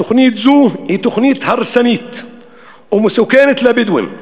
תוכנית זו היא תוכנית הרסנית ומסוכנת לבדואים,